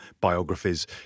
biographies